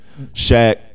Shaq